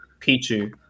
Pichu